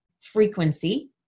frequency